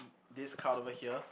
this card over here